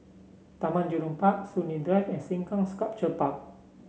Taman Jurong Park Soon Lee Drive and Sengkang Sculpture Park